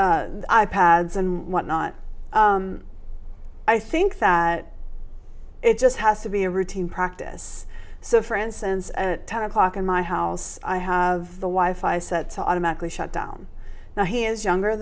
i pads and whatnot i think that it just has to be a routine practice so for instance at ten o'clock in my house i have the wife i set to automatically shut down now he is younger